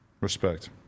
Respect